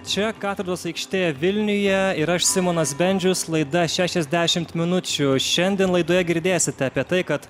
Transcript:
čia katedros aikštėje vilniuje ir aš simonas bendžius laida šešiasdešimt minučių šiandien laidoje girdėsite apie tai kad